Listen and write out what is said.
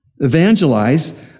Evangelize